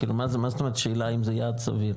כאילו, מה זאת אומרת, שאלה אם זה יעד סביר?